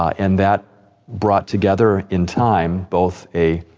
and that brought together in time both a,